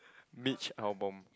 Mitch-Albom